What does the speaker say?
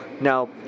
Now